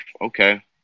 okay